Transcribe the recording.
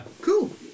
Cool